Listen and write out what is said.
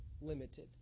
limited